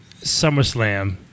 SummerSlam